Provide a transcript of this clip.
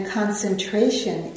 concentration